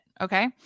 Okay